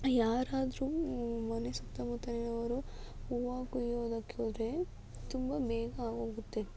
ಯಾರಾದರೂ ಮನೆ ಸುತ್ತಮುತ್ತ ಇರೋರು ಹೂವು ಕೊಯ್ಯೋದಕ್ಕೆ ಹೋದ್ರೆ ತುಂಬ ಬೇಗ ಆಗೋಗುತ್ತೆ